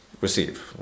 receive